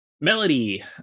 Melody